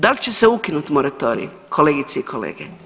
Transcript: Da li će se ukinuti moratorij kolegice i kolege?